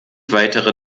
weitere